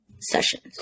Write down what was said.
sessions